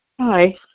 hi